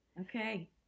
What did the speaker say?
Okay